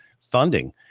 funding